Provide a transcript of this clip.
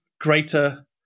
greater –